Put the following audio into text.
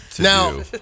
Now